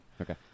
Okay